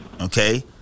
Okay